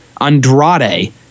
Andrade